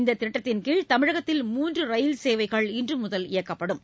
இந்த திட்டத்தின் கீழ் தமிழகத்தில் மூன்று ரயில் சேவைகள் இன்று முதல் இயக்கப்படுகின்றன